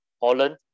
Holland